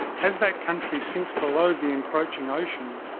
as that country sinks below the encroaching ocean,